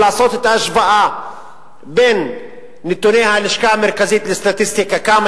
לעשות את ההשוואה לפי נתוני הלשכה המרכזית לסטטיסטיקה כמה